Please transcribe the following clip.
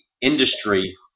industry